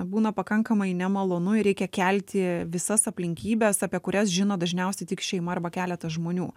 būna pakankamai nemalonu ir reikia kelti visas aplinkybes apie kurias žino dažniausiai tik šeima arba keletas žmonių